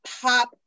pop